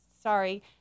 sorry